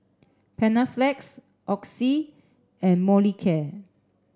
Panaflex Oxy and Molicare